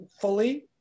fully